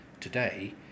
today